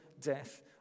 death